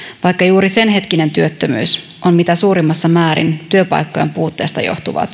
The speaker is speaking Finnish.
vaikka juuri senhetkinen työttömyys on mitä suurimmassa määrin työpaikkojen puutteesta johtuvaa